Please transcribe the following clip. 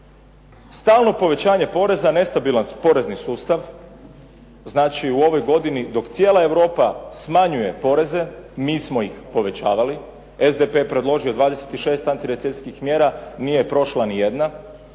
Stalno povećanje poreza, nestabilan porezni sustav, znači u ovoj godini dok cijela Europa smanjuje poreze, mi smo ih povećavali, SDP je predložio 26 antirecesijskih mjera, nije prošla ni jedna.